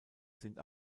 sind